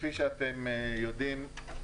כפי שאתם יודעים,